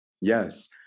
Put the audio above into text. Yes